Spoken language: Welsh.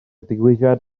digwyddiad